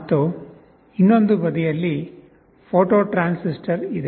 ಮತ್ತು ಇನ್ನೊಂದು ಬದಿಯಲ್ಲಿ ಫೋಟೋ ಟ್ರಾನ್ಸಿಸ್ಟರ್ ಇದೆ